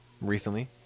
recently